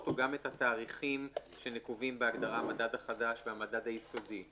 או גם את התאריכים שנקובים בהגדרה המדד החדש והמדד היסודי?